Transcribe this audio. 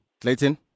Clayton